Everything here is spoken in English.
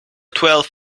twelve